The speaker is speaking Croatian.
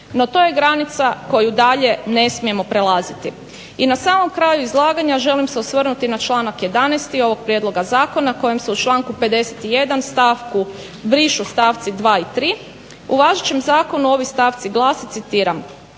No to je granica koju dalje ne smijemo prolaziti. I na samom kraju izlaganja želim se osvrnuti na članak 11. ovog prijedloga zakona kojem se u članku 51. stavku brišu stavci dva i tri, u važećem zakonu ovi stavci glase, citiram: